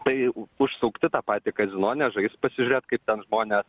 tai užsukt į tą patį kazino ne žaist pasižiūrėt kaip ten žmonės